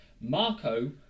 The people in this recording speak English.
Marco